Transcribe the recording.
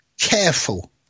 careful